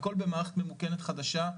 הכל במערכת ממוכנת חדשה.